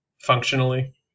functionally